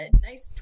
nice